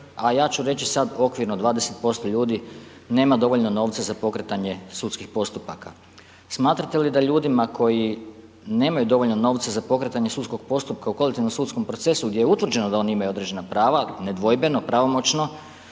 a ja ću sad reći okvirno 20% ljudi nema dovoljno novca za pokretanje sudskih postupaka. Smatrate li da ljudima koji nemaju dovoljno novca za pokretanje sudskog postupka u kolektivnom sudskom procesu gdje je utvrđeno da oni imaju određena prava, nedvojbeno pravomoćno,